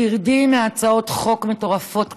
תרדי מהצעות חוק מטורפות כאלה,